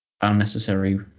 unnecessary